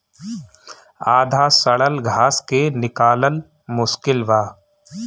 आधा सड़ल घास के निकालल मुश्किल बा